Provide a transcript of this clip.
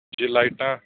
ਜੀ ਲਾਈਟਾਂ